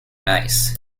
nice